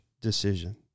decision